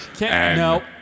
No